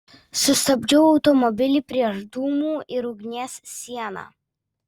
sustabdžiau automobilį prieš dūmų ir ugnies sieną